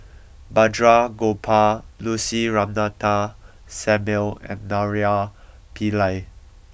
Balraj Gopal Lucy Ratnammah Samuel and Naraina Pillai